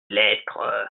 lettre